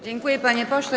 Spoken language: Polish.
Dziękuję, panie pośle.